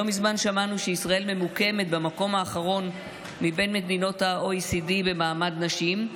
לא מזמן שמענו שישראל ממוקמת במקום האחרון במדינות ה-OECD במעמד נשים,